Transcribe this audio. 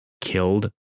killed